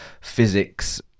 physics